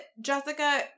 Jessica